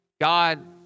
God